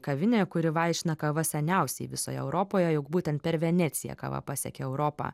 kavinė kuri vaišina kava seniausiai visoje europoje jog būtent per veneciją kava pasiekė europą